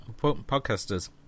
podcasters